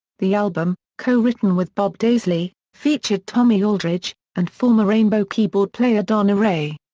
the album, co-written with bob daisley, featured tommy aldridge, and former rainbow keyboard player don airey.